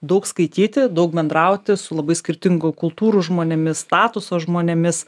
daug skaityti daug bendrauti su labai skirtingų kultūrų žmonėmis statuso žmonėmis